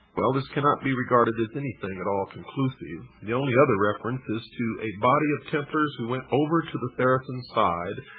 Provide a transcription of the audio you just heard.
well, this cannot be regarded as anything at all conclusive. the only other reference is to a body of templars who went over to the saracen side,